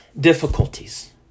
difficulties